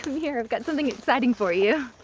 here, i've got something exciting for you.